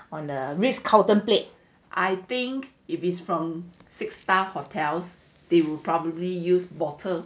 on the Ritz Carlton plate